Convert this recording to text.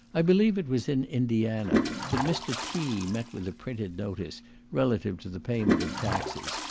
i believe it was in indiana that mr. t. met with a printed notice relative to the payment of taxes,